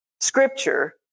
scripture